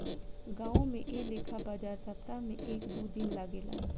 गांवो में ऐ लेखा बाजार सप्ताह में एक दू दिन लागेला